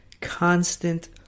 constant